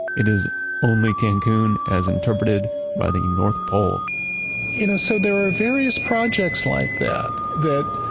it is only cancun as interpreted by the north pole you know so there are various projects like that, that